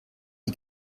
die